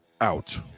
out